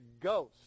ghost